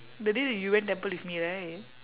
that day that you went temple with me right